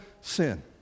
sin